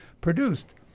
produced